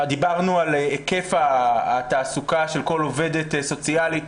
דיברנו על היקף התעסוקה של כל עובדת סוציאלית,